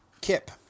Kip